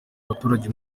abaturage